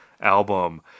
album